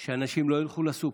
זה שאנשים לא ילכו לסופר,